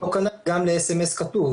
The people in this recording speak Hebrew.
כנ"ל גם לסמס כתוב,